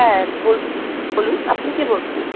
হ্যাঁ বলছি বলুন আপনি কে বলছেন